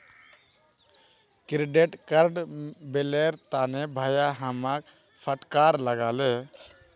credit card बिलेर तने भाया हमाक फटकार लगा ले